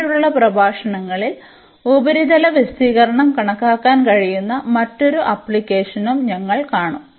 പിന്നീടുള്ള പ്രഭാഷണങ്ങളിൽ ഉപരിതല വിസ്തീർണ്ണം കണക്കാക്കാൻ കഴിയുന്ന മറ്റൊരു ആപ്ലിക്കേഷനും ഞങ്ങൾ കാണും